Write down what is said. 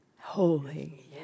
holy